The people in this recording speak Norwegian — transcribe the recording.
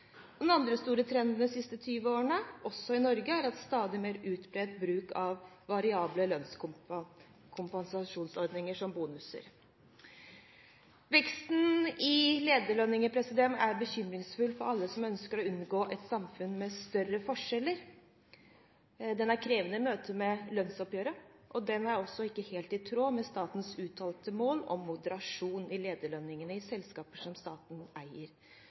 Den andre store trenden de siste 20 årene, også i Norge, er stadig mer bruk av variable lønnskompensasjonsordninger, som bonuser. Veksten i lederlønningene er bekymringsfull for alle som ønsker å unngå et samfunn med større forskjeller, den er krevende i møtet med lønnsoppgjøret, og den er heller ikke helt i tråd med statens uttalte mål om moderasjon i lederlønningene i selskaper som staten eier.